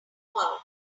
out